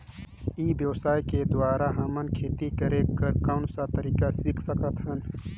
ई व्यवसाय के द्वारा हमन खेती करे कर कौन का तरीका सीख सकत हन?